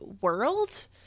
World